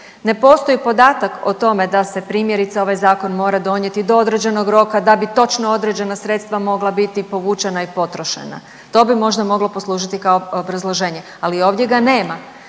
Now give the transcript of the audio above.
Ne postoji podatak o tome da se primjerice ovaj zakon mora donijeti do određenog roka da bi točno određena sredstva mogla biti povučena i potrošena, to bi možda moglo poslužiti kao obrazloženje, ali ovdje ga nema.